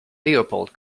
leopold